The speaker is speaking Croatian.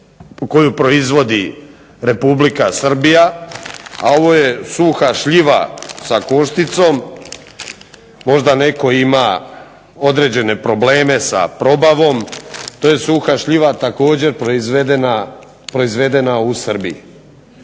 koju proizvodi Republika Srbija, a ovo je suha šljiva sa košticom možda netko ima određene probleme sa probavom, to je suha šljiva također proizvedena u Srbiji.